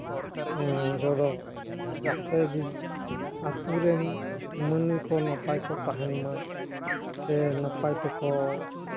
ᱨᱚᱨᱚᱲ ᱡᱟᱛᱮ ᱟᱹᱛᱩ ᱨᱮᱱ ᱢᱟᱹᱱᱢᱤ ᱠᱚ ᱱᱟᱯᱟᱭ ᱠᱚ ᱛᱟᱦᱮᱱ ᱢᱟ ᱥᱮ ᱱᱟᱯᱟᱭ ᱛᱮᱠᱚ